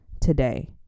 today